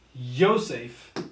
Yosef